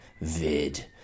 vid